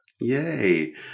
Yay